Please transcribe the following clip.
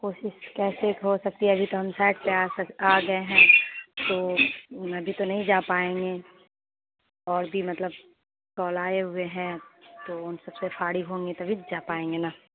کوشش کیسے ہو سکتی ہے ابھی تو ہم سائڈ پہ آ آ گئے ہیں تو ان ابھی تو نہیں جا پائیں گے اور بھی مطلب کال آئے ہوئے ہیں تو ان سب سے فارغ ہوں گے تبھی تو جا پائیں گے نا